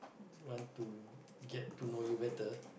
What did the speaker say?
want to get to know you better